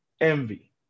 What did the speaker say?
envy